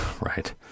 Right